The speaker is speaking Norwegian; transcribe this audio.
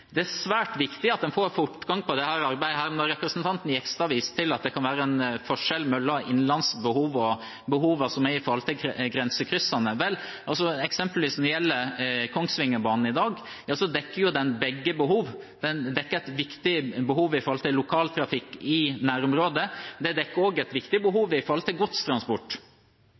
Det er svært viktig at man får fortgang i dette arbeidet. Representanten Jegstad viste til at det kan være en forskjell mellom innlandsbehov og behovene til grensekryssende trafikk. Eksempelvis når det gjelder Kongsvingerbanen, dekker den i dag begge behov. Den dekker et viktig behov med tanke på lokaltrafikk i nærområdet. Den dekker også et viktig behov når det gjelder godstransport.